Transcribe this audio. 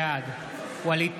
בעד ווליד